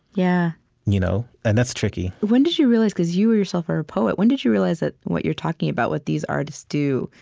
yeah you know and that's tricky when did you realize because you, yourself, are a poet. when did you realize that what you're talking about, what these artists do,